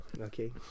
okay